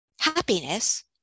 happiness